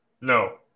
No